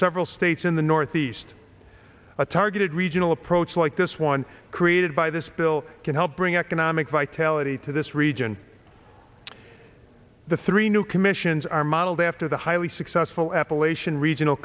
several states in the northeast a targeted regional approach like this one created by this bill can help bring economic vitality to this region the three new commissions are modeled after the highly successful appalachian regional